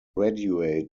graduate